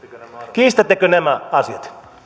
kiistättekö nämä asiat